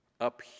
up